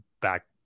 back